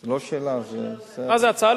זו הצעה לסדר.